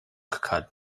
cut